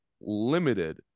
limited